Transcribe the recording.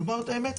לומר את האמת,